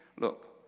Look